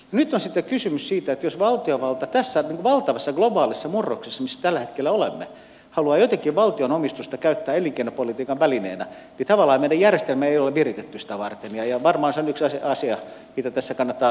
nyt on sitten kysymys siitä että jos valtiovalta tässä valtavassa globaalissa murroksessa missä tällä hetkellä olemme haluaa jotenkin valtion omistusta käyttää elinkeinopolitiikan välineenä niin tavallaan meidän järjestelmä ei ole viritetty sitä varten ja varmaan se on yksi asia josta tässä kannattaa